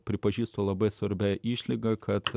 pripažįsta labai svarbią išlygą kad